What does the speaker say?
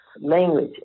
language